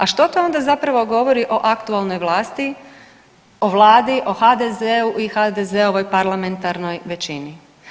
A što to onda zapravo govori o aktualnoj vlasti, o Vladi, o HDZ-u i HDZ-ovoj parlamentarnoj većini?